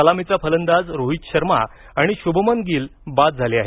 सलामीचा फलंदाज रोहित शर्मा आणि शुभमन गिल बाद झाले आहेत